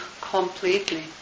completely